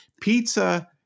pizza